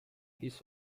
his